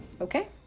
okay